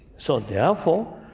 so therefore,